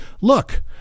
Look